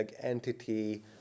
entity